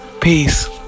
Peace